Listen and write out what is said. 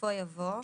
בסופו יבוא: